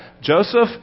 Joseph